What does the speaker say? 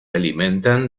alimentan